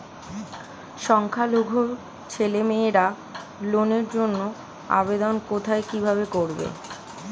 সংখ্যালঘু ছেলেমেয়েরা লোনের জন্য আবেদন কোথায় কিভাবে করবে?